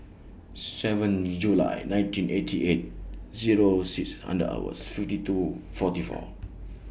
seven July nineteen eighty eight Zero six and hours fifty two forty four